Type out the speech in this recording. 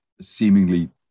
seemingly